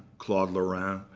claude lorrain.